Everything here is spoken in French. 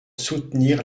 soutenir